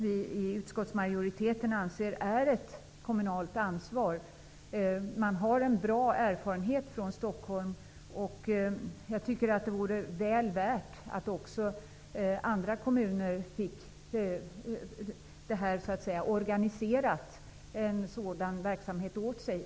Vi i utskottsmajoriteten anser att det är ett kommunalt ansvar. Vi har en bra erfarenhet från Stockholm. Det vore mycket värt att också andra kommuner får en sådan verksamhet organiserad åt sig.